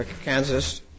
Kansas